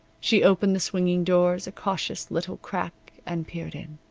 she opened the swinging doors a cautious little crack and peered in.